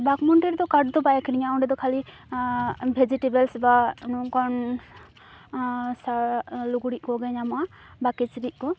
ᱵᱟᱠᱢᱩᱱᱰᱤ ᱨᱮᱫᱚ ᱠᱟᱴ ᱫᱚ ᱵᱟᱭ ᱟᱠᱷᱨᱤᱧᱚᱜᱼᱟ ᱚᱸᱰᱮ ᱫᱚ ᱠᱷᱟᱞᱤ ᱵᱷᱮᱡᱤᱴᱮᱵᱚᱞᱥ ᱵᱟ ᱱᱚᱝᱠᱟᱱ ᱥᱟ ᱞᱩᱜᱽᱲᱤᱡ ᱠᱚᱜᱮ ᱧᱟᱢᱚᱜᱼᱟ ᱵᱟ ᱠᱤᱪᱨᱤᱜ ᱠᱚ